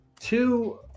two